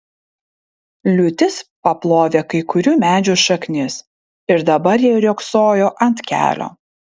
liūtis paplovė kai kurių medžių šaknis ir dabar jie riogsojo ant kelio